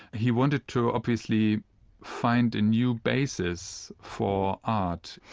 he wanted to obviously find a new basis for art.